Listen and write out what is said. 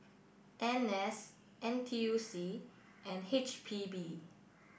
N S N T U C and H P B